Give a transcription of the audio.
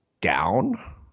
down